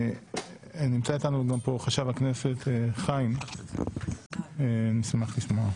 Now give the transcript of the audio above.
נמצא אתנו כאן חשב הכנסת חיים ונשמח לשמוע אותך.